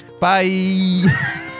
bye